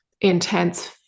intense